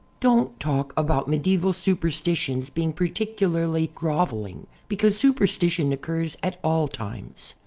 don't talk about medieval superstitions being par ticularly groveling, because superstition occurs at all times.